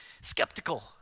skeptical